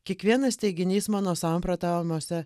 kiekvienas teiginys mano samprotavimuose